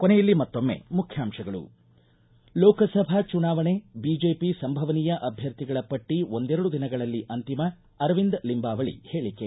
ಕೊನೆಯಲ್ಲಿ ಮತ್ತೊಮ್ಮೆ ಮುಖ್ಯಾಂಶಗಳು ಲೋಕಸಭಾ ಚುನಾವಣೆ ಬಿಜೆಪಿ ಸಂಭವನೀಯ ಅಭ್ಯರ್ಥಿಗಳ ಪಟ್ಟ ಒಂದರೆಡು ದಿನಗಳಲ್ಲಿ ಅಂತಿಮ ಅರವಿಂದ್ ಲಂಬಾವಳಿ ಹೇಳಿಕೆ